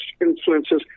influences